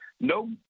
No